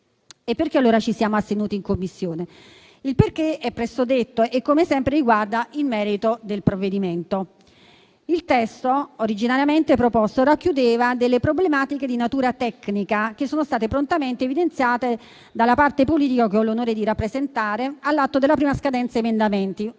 Perché, allora, ci siamo astenuti in Commissione? Il perché è presto detto e, come sempre, riguarda il merito del provvedimento. Il testo originariamente proposto racchiudeva problematiche di natura tecnica che sono state prontamente evidenziate dalla parte politica che ho l'onore di rappresentare all'atto della prima scadenza per